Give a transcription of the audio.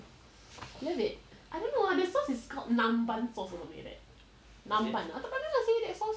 love it I don't know the sauce is called nambam sauce or something like that namban tak pernah dengar seh that sauce